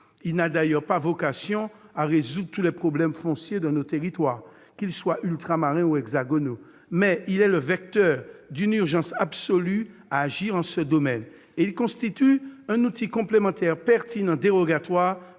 Il n'a d'ailleurs pas vocation à résoudre tous les problèmes fonciers de nos territoires, qu'ils soient ultramarins ou hexagonaux. Mais il est le vecteur d'une urgence absolue à agir en ce domaine, et il constitue un outil complémentaire pertinent dérogatoire,